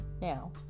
Now